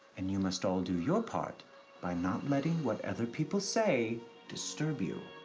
and you must all do your part by not letting what other people say disturb you.